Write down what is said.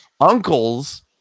uncles